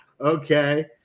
okay